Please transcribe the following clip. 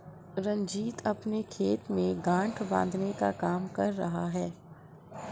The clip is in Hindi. रंजीत अपने खेत में गांठ बांधने का काम कर रहा है